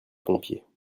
pompiers